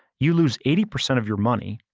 you lose eighty percent of your money,